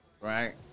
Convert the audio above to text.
Right